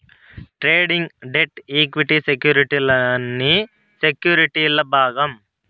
trading, debt, equity సెక్యుర్టీలన్నీ సెక్యుర్టీల్ల భాగం